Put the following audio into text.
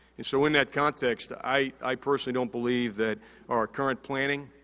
and, so in that context, i personally don't believe that our current planning,